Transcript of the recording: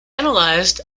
analysed